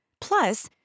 Plus